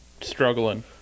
struggling